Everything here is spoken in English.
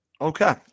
Okay